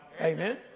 Amen